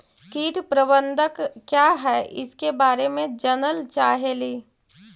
कीट प्रबनदक क्या है ईसके बारे मे जनल चाहेली?